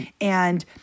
And-